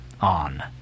on